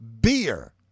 Beer